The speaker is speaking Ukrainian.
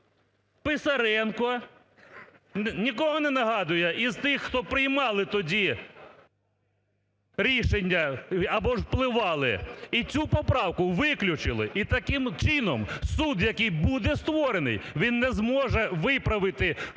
Писаренко. Нікого не нагадує із того, хто приймали тоді рішення або ж впливали? І цю поправку виключили. І таким чином суд, який буде створений, він не зможе виправити ці